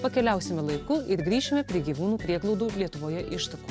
pakeliausime laiku ir grįšime prie gyvūnų prieglaudų lietuvoje ištakų